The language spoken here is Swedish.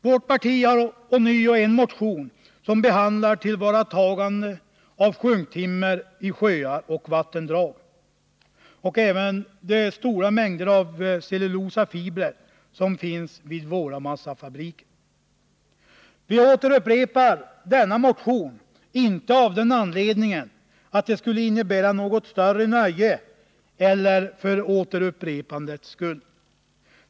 Vårt parti har ånyo en motion som behandlar tillvaratagandet av sjunktimmer i sjöar och vattendrag, liksom också de stora mängderna av cellulosafibrer vid våra massafabriker. Vi återkommer med denna motion inte därför att det skulle vara något större nöje eller för upprepandets skull.